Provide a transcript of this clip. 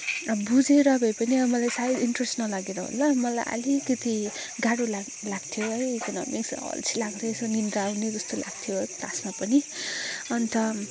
अब बुझेर भएपनि अब मलाई सायद इन्ट्रेस नलागेर होला मलाई अलिकति गाह्रो लाग्यो लाग्थ्यो है इकोनमिक्स अल्छी लाग्थ्यो यसो निन्द्रा आउने जस्तो लाग्थ्यो क्लासमा पनि अन्त